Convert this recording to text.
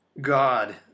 God